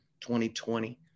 2020